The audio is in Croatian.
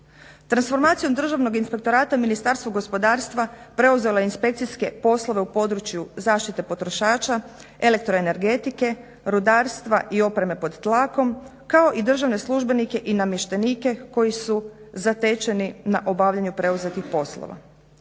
Transformacijom Državnog inspektorata Ministarstvo gospodarstva preuzelo je inspekcijske poslove u području zaštite potrošača, elektroenergetike, rudarstva i opreme pod tlakom kao i državne službenike i namještenike koji su zatečeni na obavljanju preuzetih poslova.